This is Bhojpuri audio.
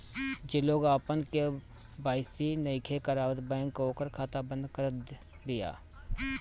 जे लोग आपन के.वाई.सी नइखे करावत बैंक ओकर खाता बंद करत बिया